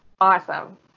awesome